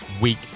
week